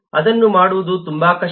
ಅದನ್ನು ಮಾಡುವುದು ತುಂಬಾ ಕಷ್ಟ